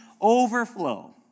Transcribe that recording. overflow